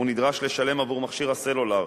הוא נדרש לשלם בעבור מכשיר הסלולר,